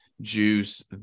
juice